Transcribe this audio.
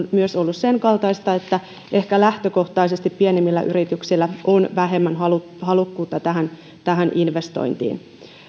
sen kaltaista että ehkä lähtökohtaisesti pienemmillä yrityksillä on vähemmän halukkuutta tähän tähän investointiin